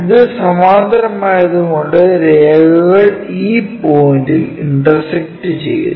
ഇത് സമാന്തരമായതു കൊണ്ട് രേഖകൾ ഈ പോയിന്റ്ൽ ഇന്റർസെക്ക്ട് ചെയ്യുന്നു